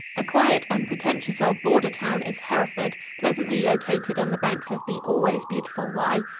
a quiet, unpretentious old border town is hereford, pleasantly located on the banks of the always beautiful wye.